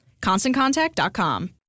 ConstantContact.com